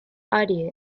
idea